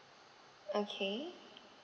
okay